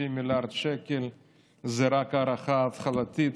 150 מיליארד שקל זה רק הערכה התחלתית,